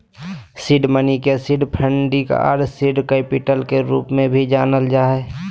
seed money के seed funding आर seed capital के रूप में भी जानल जा हइ